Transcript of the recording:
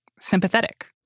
sympathetic